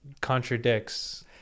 contradicts